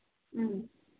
ꯎꯝ